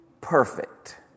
perfect